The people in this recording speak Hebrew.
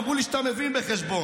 אמרו לי שאתה מבין בחשבון.